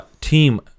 team